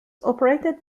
operated